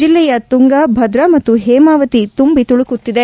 ಜಿಲ್ಲೆಯ ತುಂಗಾ ಭದ್ರಾ ಮತ್ತು ಹೇಮಾವತಿ ತುಂಬಿ ತುಳುಕುತ್ತಿದೆ